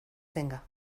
tenga